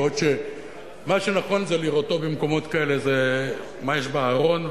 בעוד שמה שנכון זה לראות במקומות האלה מה יש בארון,